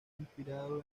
inspirado